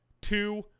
two